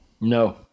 No